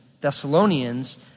Thessalonians